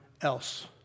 else